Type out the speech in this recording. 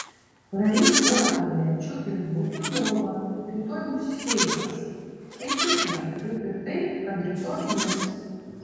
praryk porą tablečių ir gulk į lovą rytoj būsi sveikas tai tikra kaip ir tai kad rytoj lis